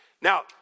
Now